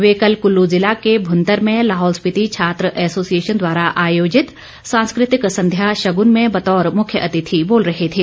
वे कल कुल्लू जिला के भुंतर में लाहौल स्पिति छात्र एसोसिएशन द्वारा आयोजित सांस्कृतिक संध्या शगुन में बतौर मुख्य अतिथि बोल रहे थे